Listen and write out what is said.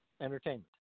entertainment